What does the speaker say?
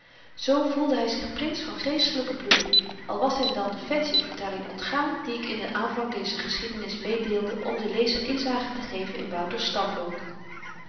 zoo voelde hy zich prins van geestelyken bloede al was hem dan de fancy vertelling ontgaan die ik in den aanvang dezer geschiedenis meedeelde om den lezer inzage te geven in wouter's stamboom